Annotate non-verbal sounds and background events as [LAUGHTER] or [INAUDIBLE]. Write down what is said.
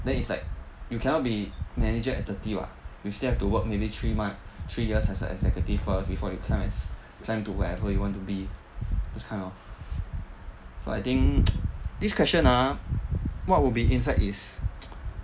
then it's like you cannot be manager at thirty [what] you still have to work maybe three months three years as an executive first before you climb as climb to wherever you want to be those kind of so I think [NOISE] this question ah what would be inside is [NOISE]